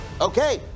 Okay